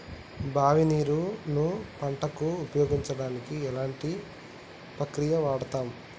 బావి నీరు ను పంట కు ఉపయోగించడానికి ఎలాంటి ప్రక్రియ వాడుతం?